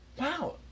wow